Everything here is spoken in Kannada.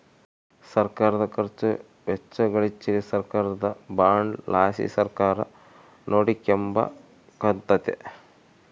ಸರ್ಕಾರುದ ಖರ್ಚು ವೆಚ್ಚಗಳಿಚ್ಚೆಲಿ ಸರ್ಕಾರದ ಬಾಂಡ್ ಲಾಸಿ ಸರ್ಕಾರ ನೋಡಿಕೆಂಬಕತ್ತತೆ